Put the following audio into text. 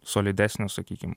solidesnio sakykim